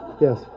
Yes